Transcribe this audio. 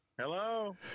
Hello